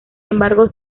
embargo